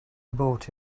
abort